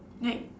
like